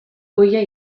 ohia